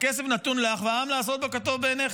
"הכסף נתון לך והעם לעשות בו כטוב בעיניך".